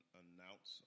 announce